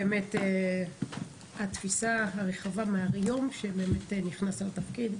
באמת התפיסה הרחבה מהיום שבאמת נכנסת לתפקיד,